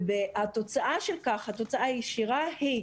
התוצאה הישירה מכך היא